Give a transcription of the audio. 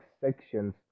sections